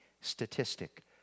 statistic